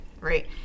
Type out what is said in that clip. right